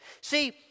See